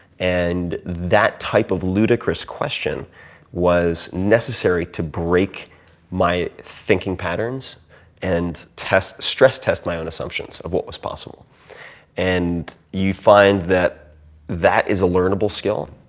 and that type of ludicrous question was necessary to break my thinking patterns and stress test my own assumptions of what was possible and you find that that is a learnable skill.